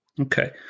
Okay